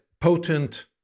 potent